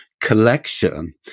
Collection